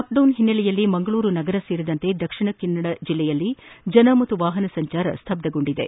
lockdown ಹಿನ್ನೆಲೆಯಲ್ಲಿ ಮಂಗಳೂರು ನಗರ ಸೇರಿದಂತೆ ದಕ್ಷಿಣ ಕನ್ನಡ ಜಿಲ್ಲೆಯಲ್ಲಿ ಜನ ಮತ್ತು ವಾಹನ ಸಂಚಾರ ಸ್ತಬ್ಧಗೊಂಡಿದೆ